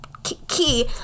Key